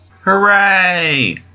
Hooray